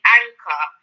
anchor